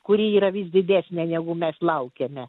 kuri yra vis didesnė negu mes laukiame